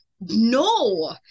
no